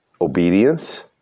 obedience